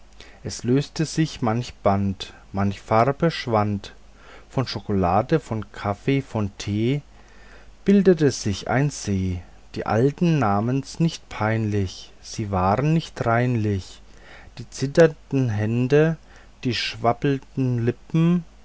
es löste sich manch band manche farbe schwand von schokolade von kaffee von tee bildete sich ein see die alten nahmens nicht peinlich sie waren nicht reinlich die zitternden hände die schwabbelnden lippen